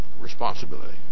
responsibility